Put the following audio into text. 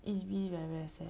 it's really very very sad